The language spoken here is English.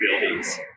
Buildings